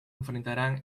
enfrentarán